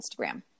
Instagram